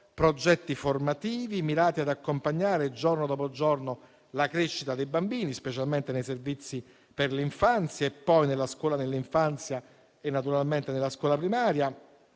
progetti formativi mirati ad accompagnare giorno dopo giorno la crescita dei bambini, specialmente nei servizi per l'infanzia, nella scuola dell'infanzia e naturalmente nella scuola primaria;